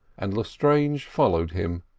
and lestrange followed him,